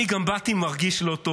אני גם באתי מרגיש לא טוב.